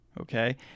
okay